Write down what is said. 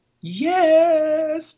Yes